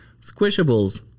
Squishables